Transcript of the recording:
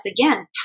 again